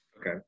Okay